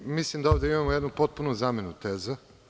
Pre svega mislim da ovde imamo jednu potpunu zamenu teza.